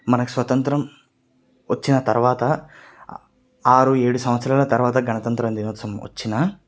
మనకు స్వతంత్రం వచ్చిన తరువాత ఆరు ఏడు సంవత్సరాల తరువాత గణతంత్ర దినోత్సవం వచ్చినా